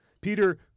Peter